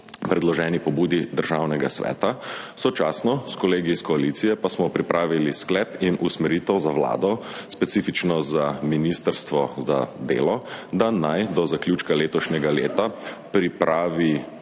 predloženi pobudi Državnega sveta, sočasno s kolegi iz koalicije pa smo pripravili sklep in usmeritev za Vlado, specifično za Ministrstvo za delo, da naj do zaključka letošnjega leta pripravi